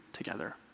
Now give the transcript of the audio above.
together